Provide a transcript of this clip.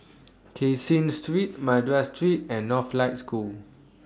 Caseen Street Madras Street and Northlight School